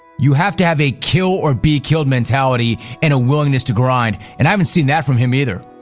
you have to have a k ill or be killed mentality and a willingness to grind, and i haven't seen that from him either.